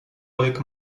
avec